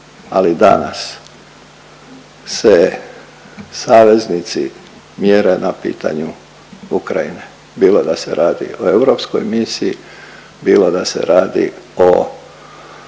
Ali danas se saveznici mjere na pitanju Ukrajine, bilo da se radi o europskoj misiji, bilo da se radi o